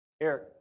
Eric